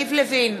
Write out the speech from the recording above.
יריב לוין,